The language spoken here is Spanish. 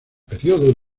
períodos